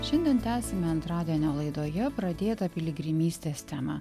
šiandien tęsiame antradienio laidoje pradėtą piligrimystės temą